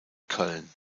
köln